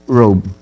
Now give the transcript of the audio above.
robe